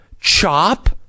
Chop